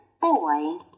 boy